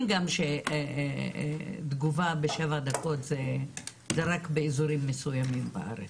גם שתגובה בשבע דקות זה רק באזורים מסוימים בארץ?